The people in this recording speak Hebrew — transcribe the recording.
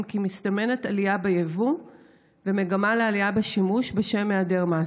אם כי מסתמנת עלייה בייבוא ומגמה לעלייה בשימוש בשל היעדר מס.